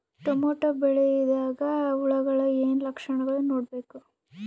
Tomato ಬೆಳಿದಾಗ್ ಹುಳದ ಏನ್ ಲಕ್ಷಣಗಳು ನೋಡ್ಬೇಕು?